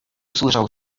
usłyszał